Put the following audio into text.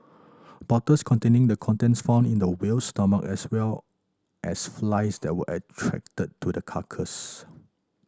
bottles containing the contents found in the whale's stomach as well as flies that were attracted to the carcass